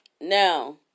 Now